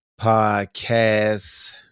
podcast